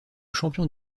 champion